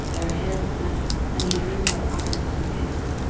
their hands met, and he drew her arm through his.